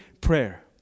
prayer